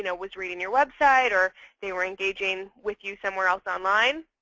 you know was reading your website or they were engaging with you somewhere else online.